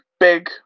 big